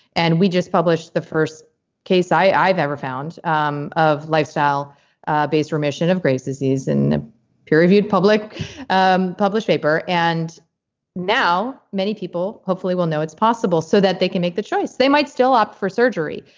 and we just published the first case i've ever found um of lifestyle based remission of graves' disease in a peer reviewed public um published paper. and now many people hopefully will know it's possible so that they can make the choice. they might still opt for surgery,